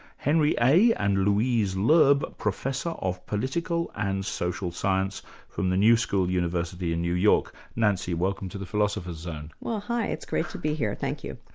henry a. and louise loeb professor of political and social science from the new school university in new york. nancy, welcome to the philosopher's zone. well hi, it's great to be here. thank you.